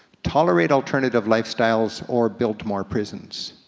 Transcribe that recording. tolerate alternative lifestyles, or build more prisons.